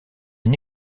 une